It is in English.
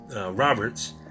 Roberts